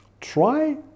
try